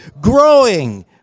growing